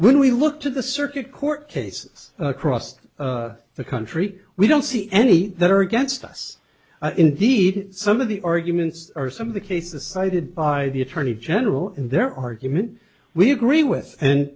we look to the circuit court cases across the country we don't see any that are against us indeed some of the arguments or some of the cases cited by the attorney general in their argument we agree with and